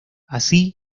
así